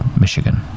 Michigan